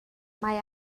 mae